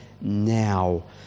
now